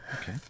Okay